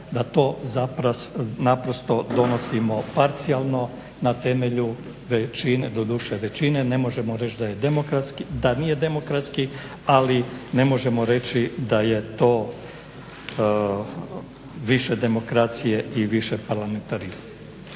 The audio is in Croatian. da to naprosto donosimo parcijalno na temelju većine, doduše većine, ne možemo reći da nije demokratski, ali ne možemo reći da je to više demokracije i više parlamentarizma.